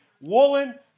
Woolen